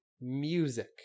music